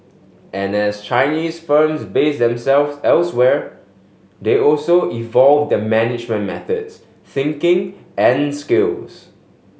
and as Chinese firms base themselves elsewhere they also evolve their management methods thinking and skills